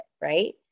Right